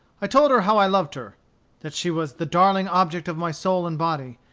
i told her how i loved her that she was the darling object of my soul and body,